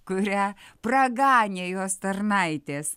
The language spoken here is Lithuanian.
kurią praganė jos tarnaitės